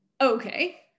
Okay